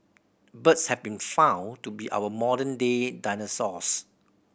birds have been found to be our modern day dinosaurs